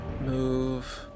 move